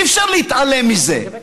אי-אפשר להתעלם מזה.